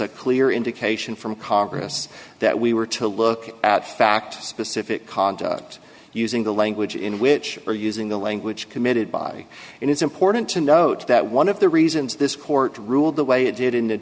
a clear indication from congress that we were to look at fact specific conduct using the language in which are using the language committed by and it's important to note that one of the reasons this court ruled the way it did in the